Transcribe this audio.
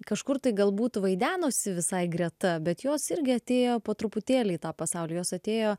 kažkur tai galbūt vaidenosi visai greta bet jos irgi atėjo po truputėlį į tą pasaulį jos atėjo